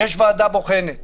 יש ועדה בוחנת.